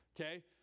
okay